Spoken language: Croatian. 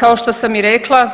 Kao što sam i rekla